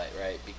right